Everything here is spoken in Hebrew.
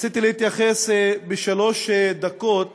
רציתי להתייחס בשלוש דקות